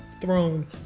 throne